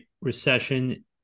recession